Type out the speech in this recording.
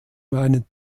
meinen